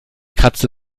kratzte